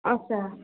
اچھا